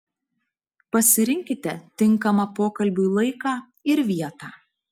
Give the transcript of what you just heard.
pasirinkite tinkamą pokalbiui laiką ir vietą